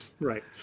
Right